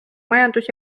majandus